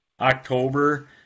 October